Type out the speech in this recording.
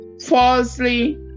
falsely